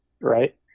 Right